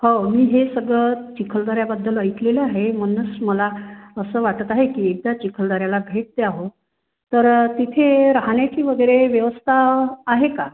हो मी हे सगळं चिखलदऱ्याबद्दल ऐकलेलं आहे म्हणूनच मला असं वाटत आहे की एकदा चिखलदऱ्याला भेट द्यावं तर तिथे राहण्याची वगैरे व्यवस्था आहे का